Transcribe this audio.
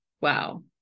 wow